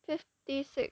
fifty six